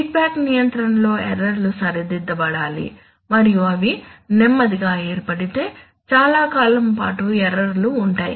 feedback నియంత్రణలో error లు సరిదిద్దబడాలి మరియు అవి నెమ్మదిగా ఏర్పడితే చాలా కాలం పాటు ఎర్రర్ లు ఉంటాయి